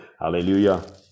hallelujah